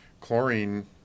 Chlorine